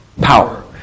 power